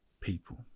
people